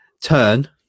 turn